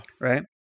right